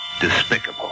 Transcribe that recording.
despicable